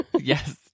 yes